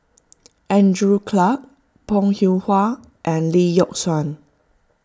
Andrew Clarke Bong Hiong Hwa and Lee Yock Suan